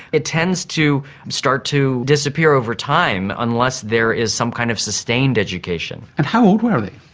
it tends to start to disappear over time, unless there is some kind of sustained education. and how old were they?